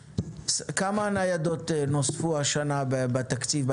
כמה ניידות וכוח אדם נוספו השנה בתקציב,